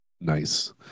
Nice